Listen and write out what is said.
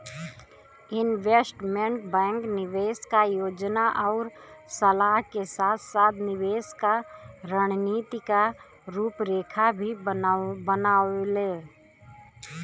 investment bank निवेश क योजना आउर सलाह के साथ साथ निवेश क रणनीति क रूपरेखा भी बनावेला